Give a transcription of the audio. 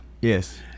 yes